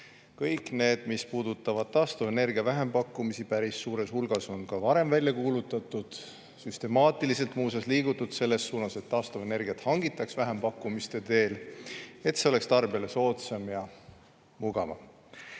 ei ole. Mis puudutab taastuvenergia vähempakkumisi, siis päris suures hulgas on neid ka varem välja kuulutatud, süstemaatiliselt on muuseas liigutud selles suunas, et taastuvenergiat hangitaks vähempakkumiste teel, et see oleks tarbijale soodsam ja mugavam.